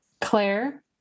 claire